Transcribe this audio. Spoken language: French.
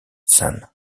shan